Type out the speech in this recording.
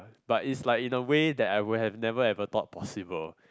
but is like in a way that I would have never ever thought possible